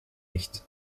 nicht